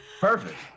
perfect